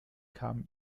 kam